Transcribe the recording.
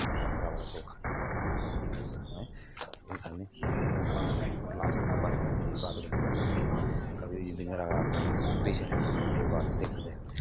में बड़ा बड़ा सौखा ऐ बड़ा बड़ा औखा ऐ लास्ट में बस जेही बात बोलूंगा कि कभी भी जिंगदी में कोई रकावट आए पिच्छे नेई हटना देखा जाएगा